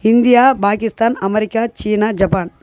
India Pakistan America சீனா Japan